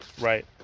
right